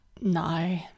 no